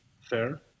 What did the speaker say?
fair